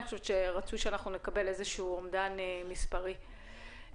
רצוי שנקבל איזה שהוא אומדן מספרי.